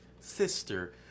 Sister